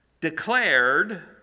declared